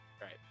right